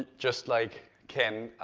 just like ken,